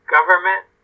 Government